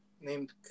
named